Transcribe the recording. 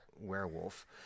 werewolf